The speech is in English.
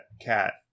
cat